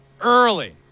early